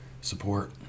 support